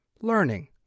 learning